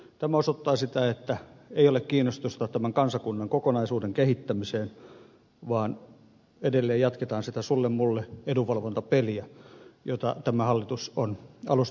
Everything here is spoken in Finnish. tämä osoittaa sitä että ei ole kiinnostusta tämän kansakunnan kokonaisuuden kehittämiseen vaan edelleen jatketaan sitä sullemulle edunvalvontapeliä jota tämä hallitus on alusta saakka noudattanut